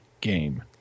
game